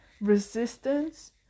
resistance